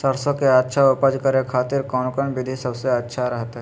सरसों के अच्छा उपज करे खातिर कौन कौन विधि सबसे अच्छा रहतय?